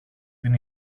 την